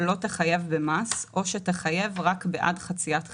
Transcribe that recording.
לא תחויב במס או שתחויב רק בעד חציית חלקם."